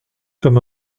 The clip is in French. comme